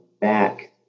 back